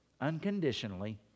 Unconditionally